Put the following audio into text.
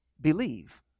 believe